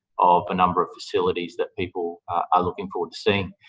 of a number of facilities that people are looking forward to seeing.